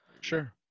sure